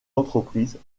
entreprises